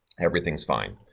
everything's fine.